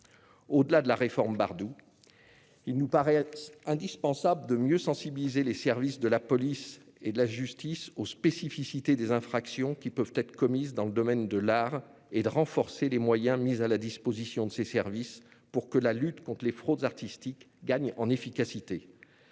Au-delà de la réforme de la loi Bardoux, il nous paraît indispensable de mieux sensibiliser les services de la police et de la justice aux spécificités des infractions qui peuvent être commises dans le domaine de l'art et de renforcer les moyens mis à la disposition de ces services pour que la lutte contre les fraudes artistiques gagne en efficacité.